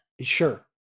Sure